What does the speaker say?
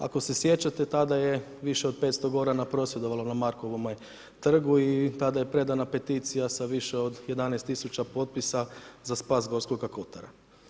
Ako se sjećate, tada je više od 500 Gorana prosvjedovalo na Markovome trgu i tada je predana peticija sa više od 11 000 potpisa za spas Gorskoga kotara.